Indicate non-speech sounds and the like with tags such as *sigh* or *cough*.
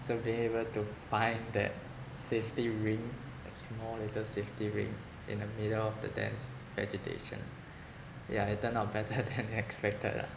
so being able to find that safety ring that small little safety ring in the middle of the dense vegetation yeah it turned out better *laughs* than expected lah